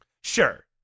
Sure